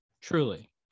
truly